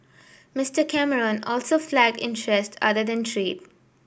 Mister Cameron also flagged interest other than trade